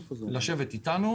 לשבת איתנו.